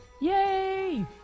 Yay